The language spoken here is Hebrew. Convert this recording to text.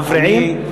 מפריעים,